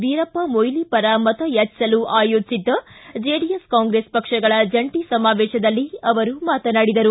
ವೀರಪ್ಪಮೊಯ್ಲಿ ಪರ ಮತಯಾಚಿಸಲು ಆಯೋಜಿಸಿದ್ದ ಜೆಡಿಎಸ್ ಕಾಂಗ್ರೆಸ್ ಪಕ್ಷಗಳ ಜಂಟಿ ಸಮಾವೇಶದಲ್ಲಿ ಅವರು ಮಾತನಾಡಿದರು